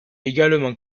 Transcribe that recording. également